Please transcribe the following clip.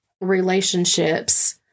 relationships